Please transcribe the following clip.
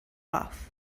off